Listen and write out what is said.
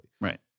Right